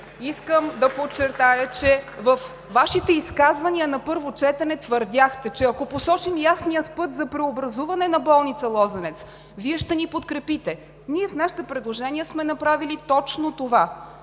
Искам да подчертая, че във Вашите изказвания на първо четене твърдяхте, че ако посочим ясния път за преобразуване на болница „Лозенец“, Вие ще ни подкрепите. В нашите предложения сме направили точно това